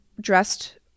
dressed